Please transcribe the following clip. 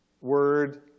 word